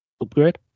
upgrade